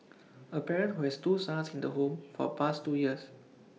A parent who has two sons in the home for past two years